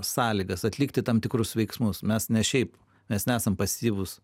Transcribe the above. sąlygas atlikti tam tikrus veiksmus mes ne šiaip mes nesam pasyvūs